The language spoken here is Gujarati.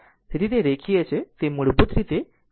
તેથી તે રેખીય છે તે મૂળભૂત રીતે રેખીય સમીકરણ છે